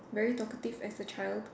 very talkative as a child